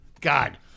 God